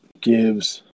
gives